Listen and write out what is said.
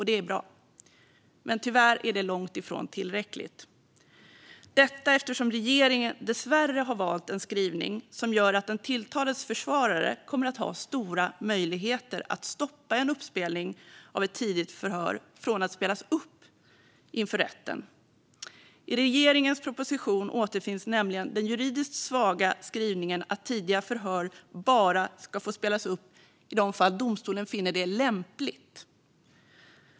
Det är bra. Men tyvärr är det långt ifrån tillräckligt. Regeringen har dessvärre valt en skrivning som gör att den tilltalades försvarare kommer att ha stora möjligheter att stoppa en uppspelning av ett tidigt förhör från att spelas upp inför rätten. I regeringens proposition återfinns nämligen den juridiskt svaga skrivningen att tidiga förhör bara ska få spelas upp i de fall domstolen finner det lämpligt.